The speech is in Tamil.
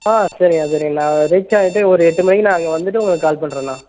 ஆ சரிங்கண்ணா சரிங்கண்ணா ரீச் ஆயிவிட்டு ஒரு எட்டு மணிக்கு நான் அங்கே வந்துவிட்டு உங்களுக்கு கால் பண்ணுறேண்ணா